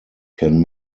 can